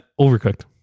overcooked